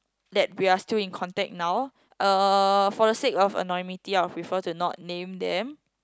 that we are still in contact now uh for the sake of anonymity I would prefer to not name them